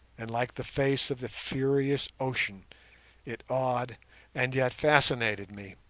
and like the face of the furious ocean it awed and yet fascinated me.